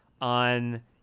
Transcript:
on